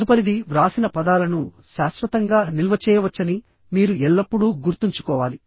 తదుపరిది వ్రాసిన పదాలను శాశ్వతంగా నిల్వ చేయవచ్చని మీరు ఎల్లప్పుడూ గుర్తుంచుకోవాలి